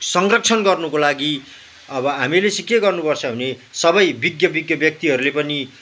संरक्षण गर्नुको लागि अब हामीले चाहिँ के गर्नु पर्छ भने सबै विज्ञ विज्ञ व्यक्तिहरूले पनि